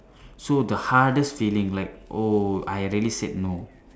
so the hardest feeling like oh I really said no